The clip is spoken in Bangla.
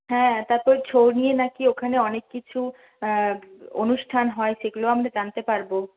হ্যাঁ তারপর ছৌ নিয়ে নাকি ওখানে অনেক কিছু অনুষ্ঠান হয় সেগুলোও আমরা জানতে পারব